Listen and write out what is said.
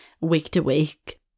week-to-week